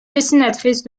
dessinatrice